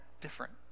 different